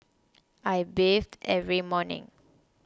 I bathe every morning